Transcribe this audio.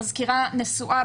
אני מזכירה: נשואה,